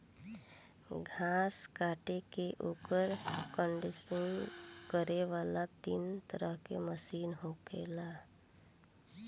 घास काट के ओकर कंडीशनिंग करे वाला तीन तरह के मशीन होखेला